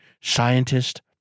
scientist